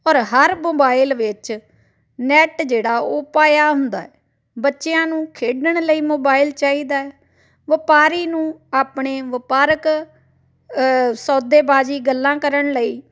ਔਰ ਹਰ ਮੋਬਾਇਲ ਵਿੱਚ ਨੈਟ ਜਿਹੜਾ ਉਹ ਪਾਇਆ ਹੁੰਦਾ ਬੱਚਿਆਂ ਨੂੰ ਖੇਡਣ ਲਈ ਮੋਬਾਈਲ ਚਾਹੀਦਾ ਵਪਾਰੀ ਨੂੰ ਆਪਣੇ ਵਪਾਰਕ ਸੌਦੇਬਾਜ਼ੀ ਗੱਲਾਂ ਕਰਨ ਲਈ